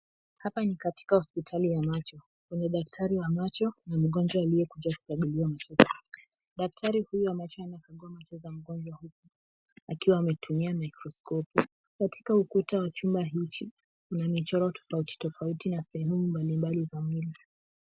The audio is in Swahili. Hapa ni katika hospitali ya macho kwenye daktari wa macho na mgonjwa aliyekuja kukaguliwa ugonjwa. Daktari huyu wa macho anakagua macho za mgonjwa huyu akiwa ametumia mikroskopu. Katika ukuta wa chumba hichi kuna michoro tofauti tofauti na sehemu mbalimbali za mwili.